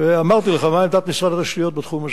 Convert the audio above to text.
ואמרתי לך מה עמדת משרד התשתיות בתחום הזה.